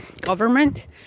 government